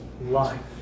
life